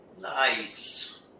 Nice